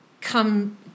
come